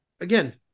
again